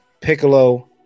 Piccolo